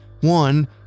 One